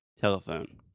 Telephone